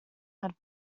had